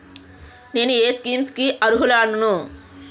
నేను ఏ స్కీమ్స్ కి అరుహులను?